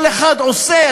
כל אחד עושה.